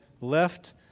left